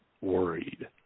worried